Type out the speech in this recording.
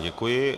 Děkuji.